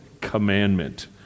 commandment